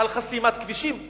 על חסימת כבישים.